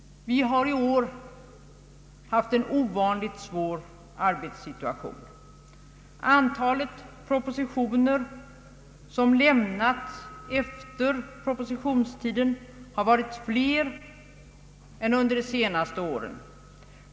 Vi har i år haft en ovanligt svår arbetssituation. Antalet propositioner som har lämnats efter propositionstidens utgång har varit större än under de senaste åren.